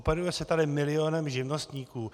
Operuje se tady milionem živnostníků.